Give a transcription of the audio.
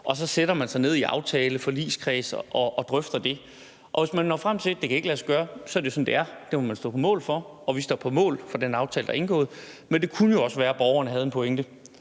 Og så sætter man sig ned i aftaleforligskredsen og drøfter det. Og hvis man når frem til, at det ikke kan lade sig gøre, så er det sådan, det er, det må man stå på mål for. Og vi står på mål for den aftale, der er indgået. Men det kunne jo også være, borgerne havde en pointe,